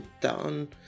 done